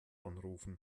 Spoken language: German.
anrufen